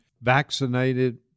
vaccinated